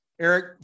Eric